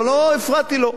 אבל לא הפרעתי לו.